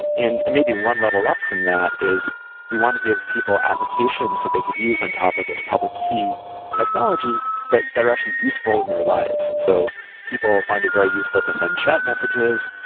and maybe one level up from that is we want to give people applications that they could use on top of this public key technology that that are actually useful in their lives, so people find it very useful to send chat messages,